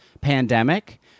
pandemic